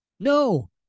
No